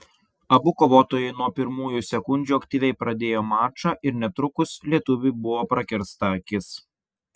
abu kovotojai nuo pirmųjų sekundžių aktyviai pradėjo mačą ir netrukus lietuviui buvo prakirsta akis